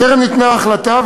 טרם ניתנה החלטה,